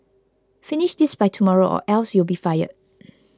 finish this by tomorrow or else you'll be fired